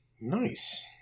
Nice